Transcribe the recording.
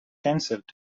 cancelled